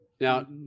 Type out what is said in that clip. now